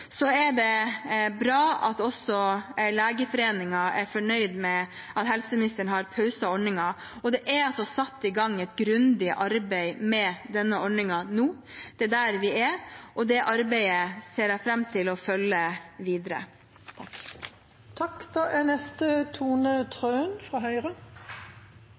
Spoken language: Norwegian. er det bra at også Legeforeningen er fornøyd med at helseministeren har pauset ordningen, og det er altså satt i gang et grundig arbeid med denne ordningen nå. Det er der vi er, og det arbeidet ser jeg fram til å følge videre. På bakgrunn av en granskning fra